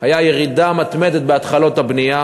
הייתה ירידה מתמדת בהתחלות הבנייה.